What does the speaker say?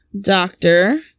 doctor